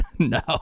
No